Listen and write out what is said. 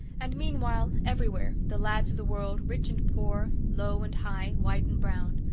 and, meanwhile, everywhere, the lads of the world rich and poor, low and high, white and brown,